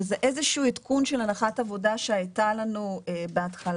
וזה איזשהו עדכון של הנחת עבודה שהייתה לנו בהתחלה,